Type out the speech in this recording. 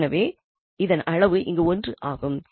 எனவே இதன் அளவு இங்கு 1 ஆகும்